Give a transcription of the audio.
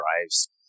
drives